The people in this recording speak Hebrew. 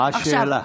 מה השאלה?